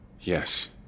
Yes